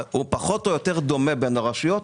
והוא דומה, פחות או יותר, בין הרשויות.